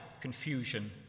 confusion